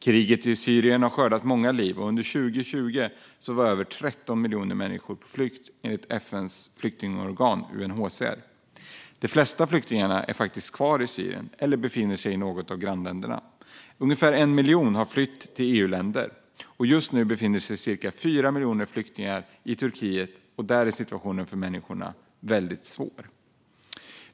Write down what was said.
Kriget i Syrien har skördat många liv, och under 2020 var över 13 miljoner människor på flykt, enligt FN:s flyktingorgan UNHCR. De flesta av flyktingarna är kvar i Syrien eller befinner sig i något av grannländerna. Ungefär 1 miljon har flytt till EU-länder. Just nu befinner sig cirka 4 miljoner flyktingar i Turkiet, och där är situationen för dessa människor väldigt svår.